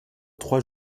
trois